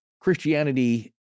Christianity